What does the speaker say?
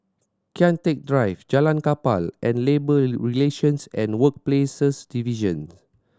Kian Teck Drive Jalan Kapal and Labour Relations and Workplaces Divisions